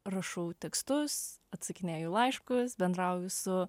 rašau tekstus atsakinėju laiškus bendrauju su